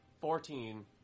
Fourteen